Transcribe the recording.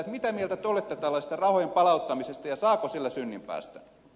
mitä mieltä te olette tällaisesta rahojen palauttamisesta ja saako sillä synninpäästön